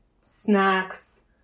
snacks